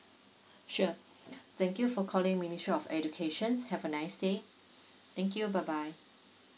sure thank you for calling ministry of education have a nice day thank you bye bye